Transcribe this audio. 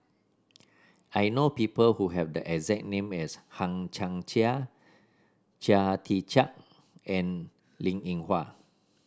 I know people who have the exact name as Hang Chang Chieh Chia Tee Chiak and Linn In Hua